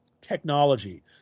technology